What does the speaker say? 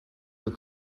your